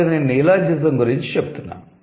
కాబట్టి నేను నియోలాజిజం గురించి చెబుతున్నాను